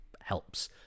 helps